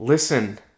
Listen